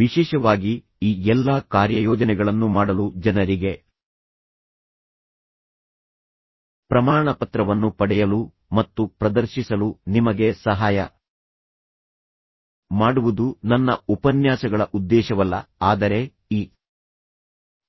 ವಿಶೇಷವಾಗಿ ಈ ಎಲ್ಲಾ ಕಾರ್ಯಯೋಜನೆಗಳನ್ನು ಮಾಡಲು ಜನರಿಗೆ ಪ್ರಮಾಣಪತ್ರವನ್ನು ಪಡೆಯಲು ಮತ್ತು ಪ್ರದರ್ಶಿಸಲು ನಿಮಗೆ ಸಹಾಯ ಮಾಡುವುದು ನನ್ನ ಉಪನ್ಯಾಸಗಳ ಉದ್ದೇಶವಲ್ಲ ಆದರೆ ಈ